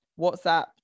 WhatsApp